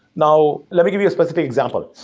now, let me give you a specific example.